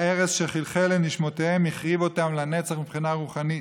ההרס שחלחל לנשמותיהם החריב אותם לנצח מבחינה רוחנית.